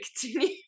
continue